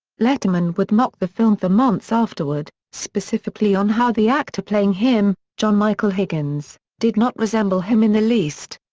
letterman would mock the film for months afterward, specifically on how the actor playing him, john michael higgins, did not resemble him in the least.